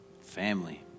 Family